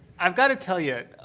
i've got to tell you,